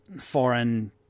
foreign